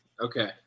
okay